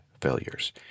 failures